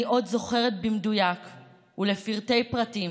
אני עוד זוכרת במדויק ולפרטי פרטים